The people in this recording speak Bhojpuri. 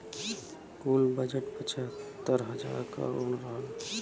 कुल बजट पचहत्तर हज़ार करोड़ रहल